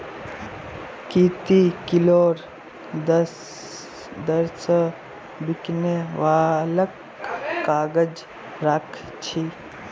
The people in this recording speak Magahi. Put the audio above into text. की ती किलोर दर स बिकने वालक काग़ज़ राख छि